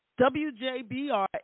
WJBR